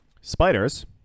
spiders